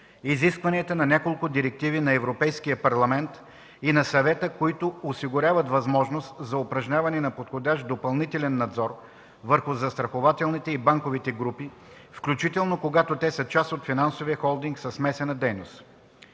изискванията на няколко директиви на Европейския парламент и на Съвета, които осигуряват възможност за упражняването на подходящ допълнителен надзор върху застрахователните и банковите групи, включително когато те са част от финансов холдинг със смесена дейност.